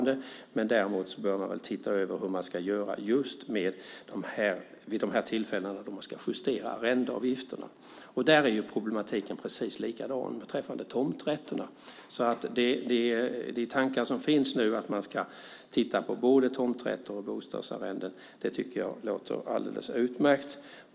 Däremot bör man väl titta över hur man ska göra just vid de tillfällen då man ska justera arrendeavgifterna. Där är problematiken precis likadan som beträffande tomträtterna. De tankar som nu finns är att man ska titta på både tomträtter och bostadsarrenden. Det tycker jag låter alldeles utmärkt.